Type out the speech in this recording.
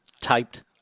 typed